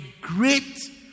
great